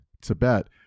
Tibet